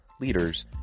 leaders